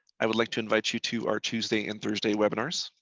i would like to invite you to our tuesday and thursday webinars.